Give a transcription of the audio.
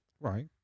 Right